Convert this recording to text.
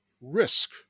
risk